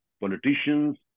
politicians